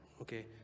Okay